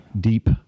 deep